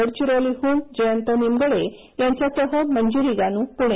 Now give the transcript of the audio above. गडचिरोलीहून जयंत निमगडे यांच्यासह मंजिरी गानू पुणे